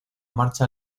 marcha